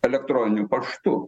elektroniniu paštu